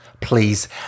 Please